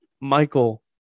michael